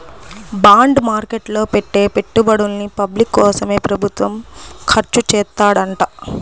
bond market లో పెట్టే పెట్టుబడుల్ని పబ్లిక్ కోసమే ప్రభుత్వం ఖర్చుచేత్తదంట